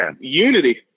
Unity